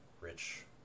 rich